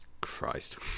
Christ